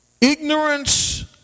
ignorance